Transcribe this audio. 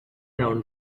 town